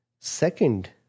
Second